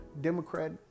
Democrat